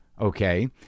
Okay